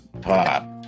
pop